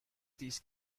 these